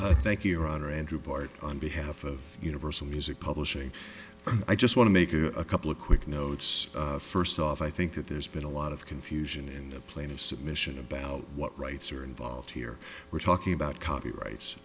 honor andrew bart on behalf of universal music publishing i just want to make a couple of quick notes first off i think that there's been a lot of confusion in the plane of submission about what rights are involved here we're talking about copyrights